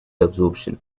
absorption